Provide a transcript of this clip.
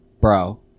bro